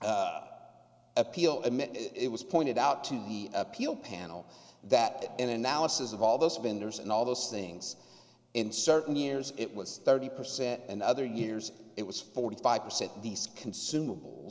the appeal it was pointed out to the appeal panel that in analysis of all the spinners and all those things in certain years it was thirty percent and other years it was forty five percent these consumable